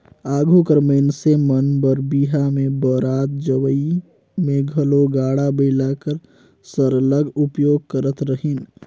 आघु कर मइनसे मन बर बिहा में बरात जवई में घलो गाड़ा बइला कर सरलग उपयोग करत रहिन